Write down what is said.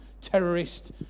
terrorist